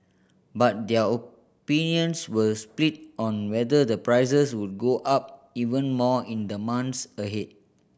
but their opinions were split on whether the prices would go up even more in the months ahead